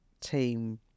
team